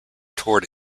toured